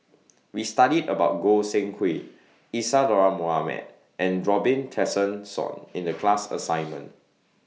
We studied about Goi Seng Hui Isadhora Mohamed and Robin Tessensohn in The class assignment